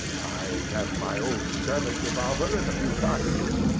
i have my old service revolver and a few cartridges.